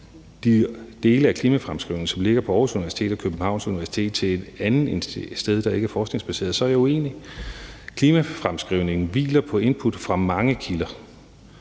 de dele af klimafremskrivningerne, som ligger på Aarhus Universitet og Københavns Universitet, til et andet sted, der ikke er forskningsbaseret, så er jeg uenig. Klimafremskrivningen hviler på input fra mange kilder.